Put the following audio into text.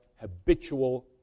habitual